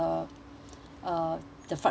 uh the fried rice if you